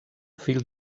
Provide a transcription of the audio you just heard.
fill